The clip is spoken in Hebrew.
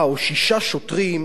לעשות משהו?